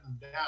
down